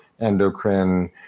endocrine